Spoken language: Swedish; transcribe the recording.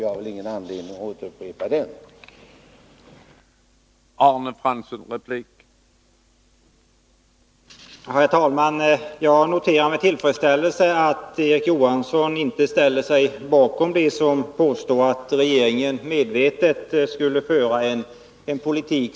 Jag har ingen anledning att upprepa den debatten.